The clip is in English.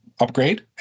upgrade